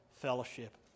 fellowship